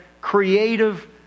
creative